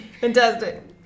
Fantastic